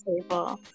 table